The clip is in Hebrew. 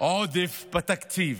עודף בתקציב.